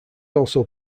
also